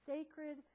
Sacred